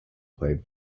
played